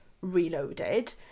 reloaded